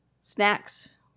Snacks